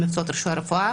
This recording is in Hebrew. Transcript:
ממקצועות רישוי הרפואה,